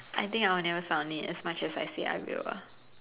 I think I will never sound it as much as I say I will